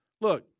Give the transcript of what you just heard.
look